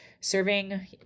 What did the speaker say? serving